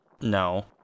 no